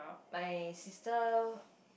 my sister